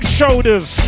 shoulders